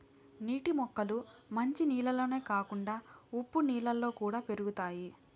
నీటి మొక్కలు మంచి నీళ్ళల్లోనే కాకుండా ఉప్పు నీళ్ళలో కూడా పెరుగుతాయి